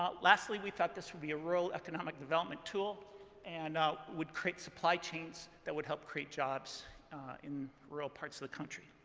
lastly, we thought this would be a rural economic development tool and would create supply chains that would help create jobs in rural parts of the country.